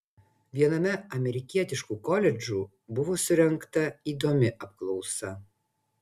viename amerikietiškų koledžų buvo surengta įdomi apklausa